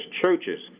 churches